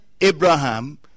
abraham